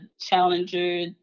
Challenger